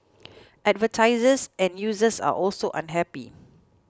advertisers and users are also unhappy